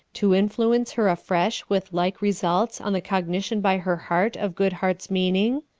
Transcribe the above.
to influence her afresh with like results on the cognition by her heart of goodhart's meaning?